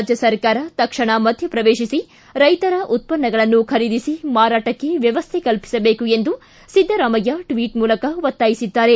ರಾಜ್ಯಸರ್ಕಾರ ತಕ್ಷಣ ಮಧ್ಯಪ್ರವೇತಿಸಿ ರೈತರ ಉತ್ಪನ್ನಗಳನ್ನು ಖರೀದಿಸಿ ಮಾರಾಟಕ್ಕೆ ವ್ಯವಸ್ಥೆ ಕಲ್ಪಿಸಬೇಕು ಎಂದು ಸಿದ್ದರಾಮಯ್ಯ ಟ್ವಿಟ್ ಮೂಲಕ ಒತ್ತಾಯಿಸಿದ್ದಾರೆ